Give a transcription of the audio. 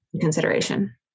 consideration